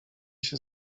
się